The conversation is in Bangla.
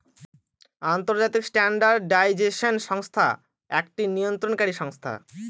আন্তর্জাতিক স্ট্যান্ডার্ডাইজেশন সংস্থা একটি নিয়ন্ত্রণকারী সংস্থা